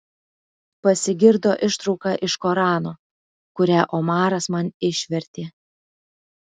pasigirdo ištrauka iš korano kurią omaras man išvertė